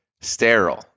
sterile